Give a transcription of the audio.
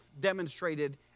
demonstrated